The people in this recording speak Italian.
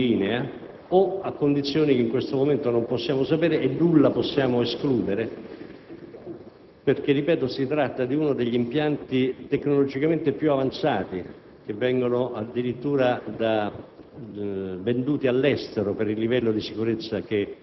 fatti collegati agli impianti di linea oppure a condizioni che in questo momento non possiamo sapere. Nulla, però, possiamo escludere perché - ripeto - si tratta di uno degli impianti tecnologicamente più avanzati, addirittura